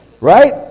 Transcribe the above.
Right